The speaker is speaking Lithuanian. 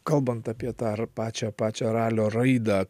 kalbant apie tą ar pačią pačią ralio raidą